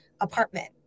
apartment